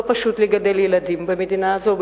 לא פשוט לגדל ילדים במדינה הזאת.